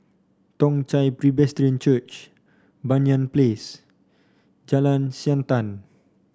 Toong Chai Presbyterian Church Banyan Place Jalan Siantan